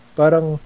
parang